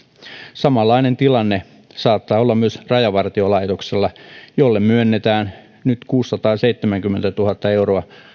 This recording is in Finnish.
samanlainen tilanne saattaa olla myös rajavartiolaitoksella jolle myönnetään nyt kuusisataaseitsemänkymmentätuhatta euroa